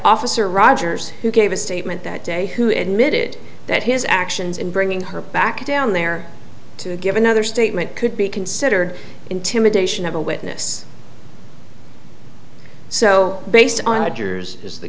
officer rogers who gave a statement that day who admitted that his actions in bringing her back down there to give another statement could be considered intimidation of a witness so based on the jurors is the